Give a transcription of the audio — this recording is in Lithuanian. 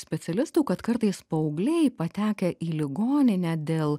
specialistų kad kartais paaugliai patekę į ligoninę dėl